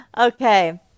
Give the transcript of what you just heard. Okay